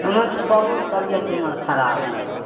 ओना तऽ बहुत तबियत हमर खराब यऽ